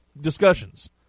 discussions